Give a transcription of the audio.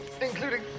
including